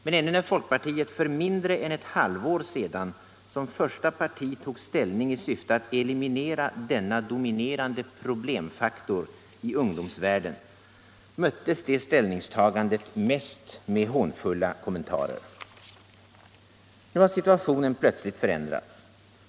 Men ännu när folkpartiet för mindre än ett halvår sedan som första parti tog ställning i syfte att eliminera denna dominerande problemfaktor i ungdomsvärlden, möttes detta ställningstagande mest med hånfulla kommentarer. Nu har situationen plötsligt förändrats.